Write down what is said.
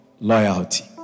loyalty